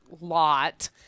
lot